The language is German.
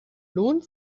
lohnt